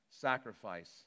sacrifice